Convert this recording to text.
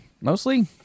Mostly